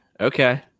Okay